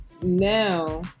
now